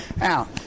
Out